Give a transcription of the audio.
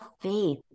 faith